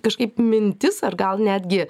kažkaip mintis ar gal netgi